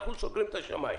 אנחנו סוגרים את השמיים.